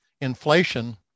inflation